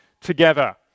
together